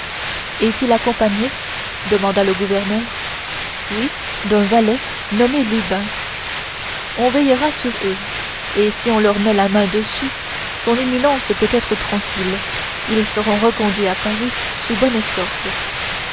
est-il accompagné demanda le gouverneur oui d'un valet nommé lubin on veillera sur eux et si on leur met la main dessus son éminence peut être tranquille ils seront reconduits à paris sous bonne escorte